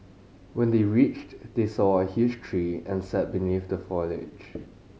when they reached they saw a huge tree and sat beneath the foliage